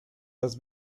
las